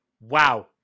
Wow